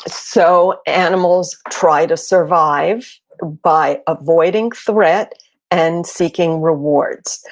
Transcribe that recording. so, animals try to survive by avoiding threat and seeking rewards.